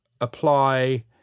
apply